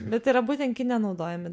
bet yra būtent kine naudojami